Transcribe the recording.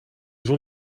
zon